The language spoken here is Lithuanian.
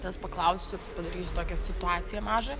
tavęs paklausiu padarysiu tokią situaciją mažą